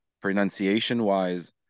pronunciation-wise